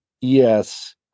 Yes